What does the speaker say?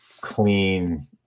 clean